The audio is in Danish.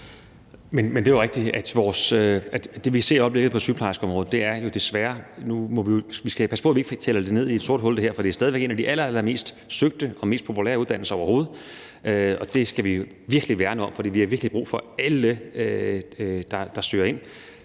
ser det med sygeplejersker. Vi skal passe på, at vi ikke taler det her ned i et sort hul, for det er stadig en af de allermest søgte og mest populære uddannelser overhovedet. Det skal vi virkelig værne om, for vi har brug for alle, der søger ind.